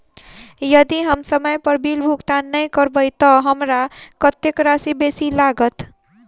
यदि हम समय पर बिल भुगतान नै करबै तऽ हमरा कत्तेक राशि बेसी लागत?